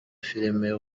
filime